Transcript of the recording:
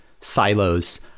silos